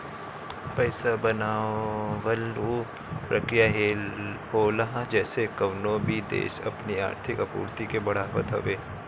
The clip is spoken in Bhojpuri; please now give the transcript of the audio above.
पईसा बनावल उ प्रक्रिया होला जेसे कवनो भी देस अपनी आर्थिक आपूर्ति के बढ़ावत हवे